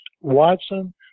watson